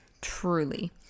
Truly